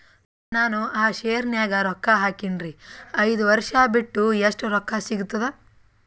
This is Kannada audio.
ನಾನು ಆ ಶೇರ ನ್ಯಾಗ ರೊಕ್ಕ ಹಾಕಿನ್ರಿ, ಐದ ವರ್ಷ ಬಿಟ್ಟು ಎಷ್ಟ ರೊಕ್ಕ ಸಿಗ್ತದ?